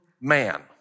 man